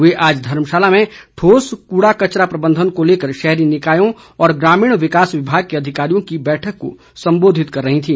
वे आज धर्मशाला में ठोस कूड़ा कचरा प्रबंधन को लेकर शहरी निकायों और ग्रामीण विकास विभाग के अधिकारियों की बैठक को सम्बोधित कर रहीं थी